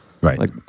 Right